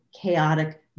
chaotic